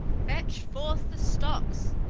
fetch forth the stocks